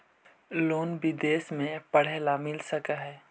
Loan विदेश में पढ़ेला मिल सक हइ?